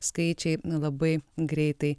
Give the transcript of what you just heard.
skaičiai labai greitai